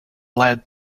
led